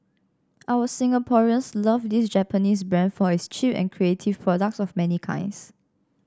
our Singaporeans love this Japanese brand for its cheap and creative products of many kinds